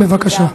בבקשה.